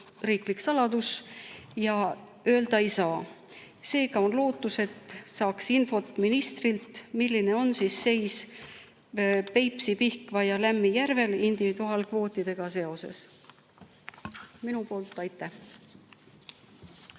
riiklik saladus ja seda öelda ei saa. Seega on lootus, et saaks infot ministrilt, milline on seis Peipsi, Pihkva ja Lämmijärvel individuaalkvootidega seoses. Aitäh!